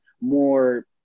more